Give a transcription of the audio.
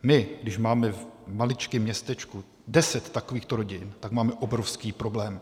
My, když máme v maličkém městečku 10 takovýchto rodin, tak máme obrovský problém.